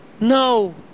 No